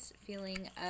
feeling